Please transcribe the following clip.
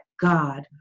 God